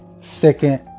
Second